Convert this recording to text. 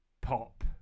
pop